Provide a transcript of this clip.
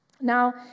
Now